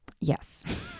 Yes